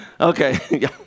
Okay